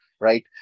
right